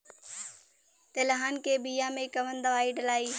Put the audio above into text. तेलहन के बिया मे कवन दवाई डलाई?